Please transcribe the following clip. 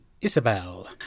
Isabel